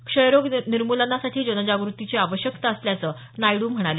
क्षयरोग निर्मलनासाठी जनजागृतीची आवश्यकता असल्याचं नायडू म्हणाले